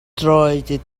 trotted